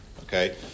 okay